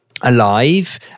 alive